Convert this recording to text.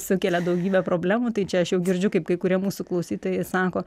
sukelia daugybę problemų tai čia aš jau girdžiu kaip kai kurie mūsų klausytojai sako